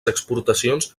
exportacions